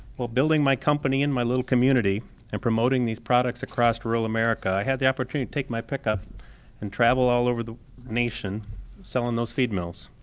while building my company in my little community and promoting these products across rural america i had the opportunity to take my pickup and travel all over the nation selling those feed mills.